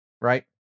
right